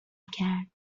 کرد